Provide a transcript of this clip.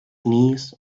knees